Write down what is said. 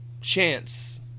chance